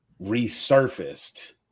resurfaced